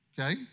okay